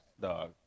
dog